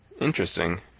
Interesting